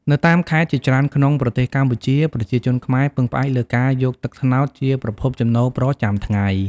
នៅតាមខេត្តជាច្រើនក្នុងប្រទេសកម្ពុជា ប្រជាជនខ្មែរពឹងផ្អែកលើការយកទឹកត្នោតជាប្រភពចំណូលប្រចាំថ្ងៃ។